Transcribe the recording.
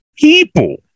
people